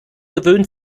gewöhnt